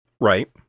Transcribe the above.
Right